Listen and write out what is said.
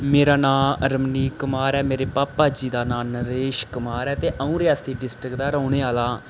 मेरा नां रमनीक कुमार ऐ मेरे भापा जी दा नां नरेश कुमार ऐ अ'ऊं रियासी डिस्ट्रिक्ट दा रौह्ने आह्ला आं